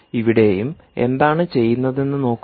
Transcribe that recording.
ഇവിടെയും എന്താണ് ചെയ്യുന്നതെന്നു നോക്കുക